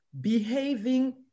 behaving